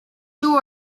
two